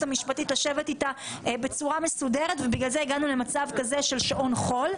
המשפטית לשבת אתה בצורה מסודרת ולכן הגענו למצב של שעון חול,